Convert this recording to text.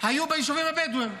היו ביישובים הבדואיים,